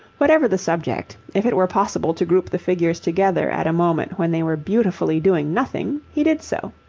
whatever the subject, if it were possible to group the figures together at a moment when they were beautifully doing nothing, he did so.